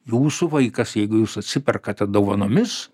jūsų vaikas jeigu jūs atsiperkate dovanomis